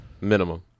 Minimum